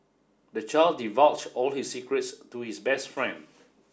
the child divulged all his secrets to his best friend